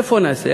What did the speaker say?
איפה נעשה?